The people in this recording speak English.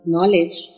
Knowledge